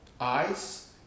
eyes